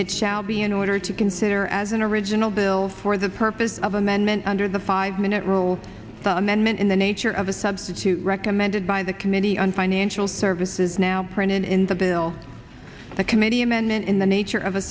it shall be in order to consider as an original bill for the purpose of amendment under the five minute rule the amendment in the nature of a substitute recommended by the committee on financial services now printed in the bill the committee amendment in the nature of a